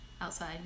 outside